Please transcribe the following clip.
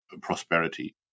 prosperity